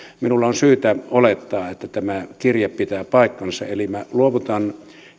minulla on syytä olettaa että tämä kirje pitää paikkansa eli minä luovutan